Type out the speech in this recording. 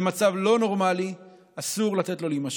זה מצב לא נורמלי, אסור לתת לו להימשך.